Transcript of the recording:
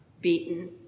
beaten